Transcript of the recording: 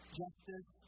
justice